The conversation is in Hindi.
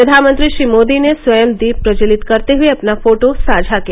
प्रधानमंत्री श्री मोदी ने स्वयं दीप प्रज्ज्वलित करते हुये अपना फोटो साझा किया